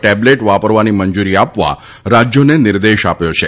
tablet વાપરવાની મંજુરી આપવા રાજ્યોને નિર્દેશ આપ્યો છે